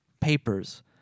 papers